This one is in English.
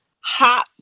hop